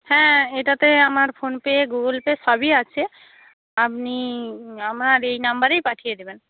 হ্যাঁ এটাতে আমার ফোন পে গুগল পে সবই আছে আপনি আমার এই নাম্বারেই পাঠিয়ে দেবেন